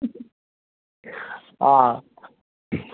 आ